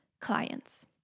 clients